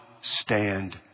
stand